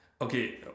Okay